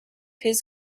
his